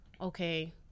okay